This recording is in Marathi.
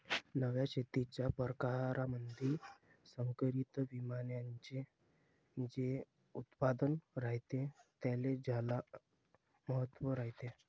नव्या शेतीच्या परकारामंधी संकरित बियान्याचे जे उत्पादन रायते त्याले ज्यादा महत्त्व रायते